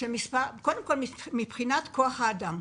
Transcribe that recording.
קודם כול, מבחינת כוח האדם,